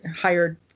hired